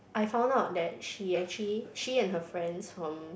I found out that she actually she and her friends from